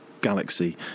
galaxy